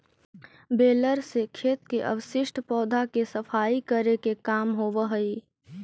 baler से खेत के अवशिष्ट पौधा के सफाई करे के काम होवऽ हई